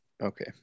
Okay